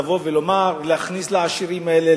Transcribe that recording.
לבוא ולומר: להכניס לעשירים האלה,